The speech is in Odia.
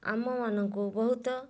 ଆମମାନଙ୍କୁ ବହୁତ